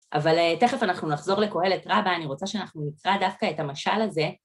אבל תכף אנחנו נחזור לקהלת רבה, אני רוצה שאנחנו נקרא דווקא את המשל הזה.